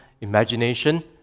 imagination